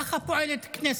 ככה פועלת כנסת.